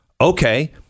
Okay